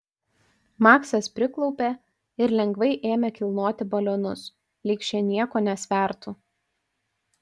maksas priklaupė ir lengvai ėmė kilnoti balionus lyg šie nieko nesvertų